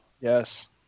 Yes